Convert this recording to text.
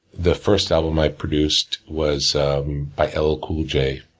the first album i produced was by ll cool j.